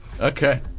Okay